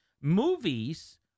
Movies